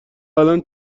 الان